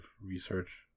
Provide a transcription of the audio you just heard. research